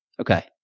okay